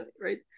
right